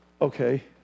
okay